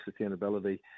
sustainability